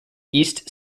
east